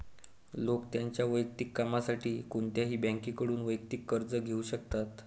लोक त्यांच्या वैयक्तिक कामासाठी कोणत्याही बँकेकडून वैयक्तिक कर्ज घेऊ शकतात